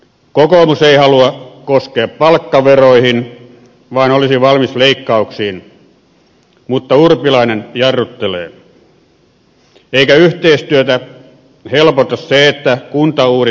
kokoomus ei halua koskea palkkaveroihin vaan olisi valmis leikkauksiin mutta urpilainen jarruttelee eikä yhteistyötä helpota se että kuntauudistus ei etene